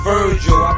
Virgil